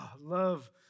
love